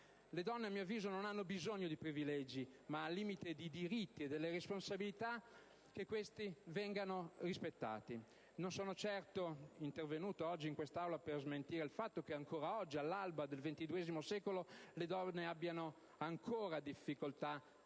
Le donne, a mio avviso, non hanno bisogno di privilegi, ma al limite di diritti e della possibilità che questi vengano sempre rispettati. Non sono certo intervenuto oggi in quest'Aula per smentire il fatto che ancora oggi, all'alba del XXI secolo, le donne abbiano ancora difficoltà